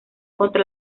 contra